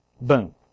Boom